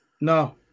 No